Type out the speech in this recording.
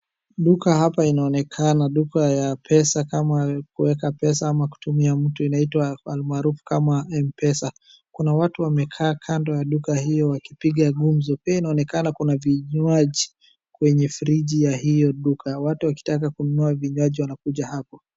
Duka hapa inaonekana duka ya pesa kama kuweka pesa ama kutumia mtu ,inaitwa almarufu kama Mpesa. Kuna watu wamekaa kando ya duka hiyo wakipiga gumzo, inaonekana kuna vinywaji kwenye fridge ya hiyo duka. Watu wakitaka kununua vinywaji wanakuja hapo.